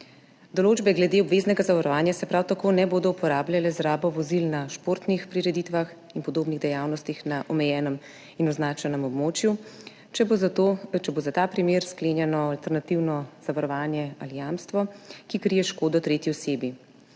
Določbe glede obveznega zavarovanja se prav tako ne bodo uporabljale za rabo vozil na športnih prireditvah in podobnih dejavnostih na omejenem in označenem območju, če bo za ta primer sklenjeno alternativno zavarovanje ali jamstvo, ki krije škodo tretji osebi.